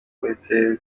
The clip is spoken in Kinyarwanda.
uretse